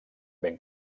ben